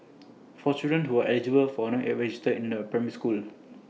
for children who are eligible for not registered in A primary school